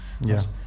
Yes